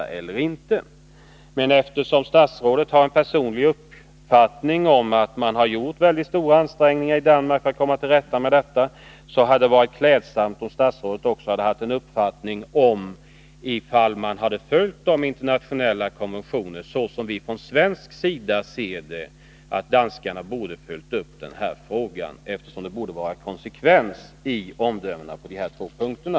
Men eftersom statsrådet har en personlig uppfattning om att man i Danmark har gjort väldigt stora ansträngningar för att komma till rätta med narkotikaproblemen, hade det varit klädsamt, om statsrådet också hade haft en uppfattning om huruvida man i Danmark har följt de internationella konventionerna på det sätt som vi från svensk sida anser att man borde ha gjort. Det bör nämligen vara konsekvens i omdömena på de här två punkterna.